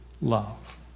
love